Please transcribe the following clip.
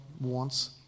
wants